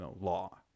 law